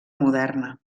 moderna